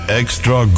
extra